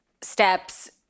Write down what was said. steps